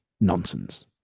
nonsense